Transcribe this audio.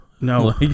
No